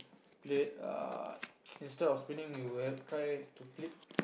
played ah instead of spinning you err try to flip it